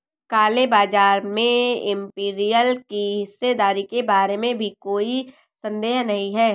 काले बाजार में इंपीरियल की हिस्सेदारी के बारे में भी कोई संदेह नहीं है